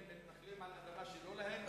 המתנחלים מתנחלים על אדמה שלא שלהם,